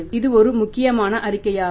இது ஒரு முக்கியமான அறிக்கையாகும்